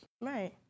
Right